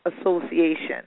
Association